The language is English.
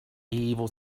evil